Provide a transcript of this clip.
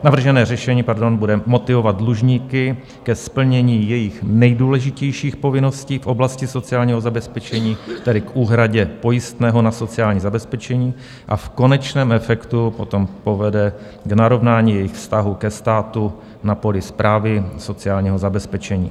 Navržené řešení bude motivovat dlužníky ke splnění jejich nejdůležitějších povinností v oblasti sociálního zabezpečení, tedy k úhradě pojistného na sociální zabezpečení, a v konečném efektu potom povede k narovnání jejich vztahu ke státu na poli správy sociálního zabezpečení.